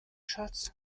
schatz